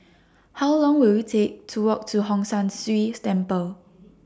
How Long Will IT Take to Walk to Hong San See Temple